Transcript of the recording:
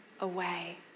away